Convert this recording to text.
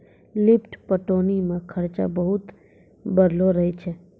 lift पटौनी मे खरचा बहुत बढ़लो रहै छै